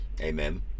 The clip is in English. Amen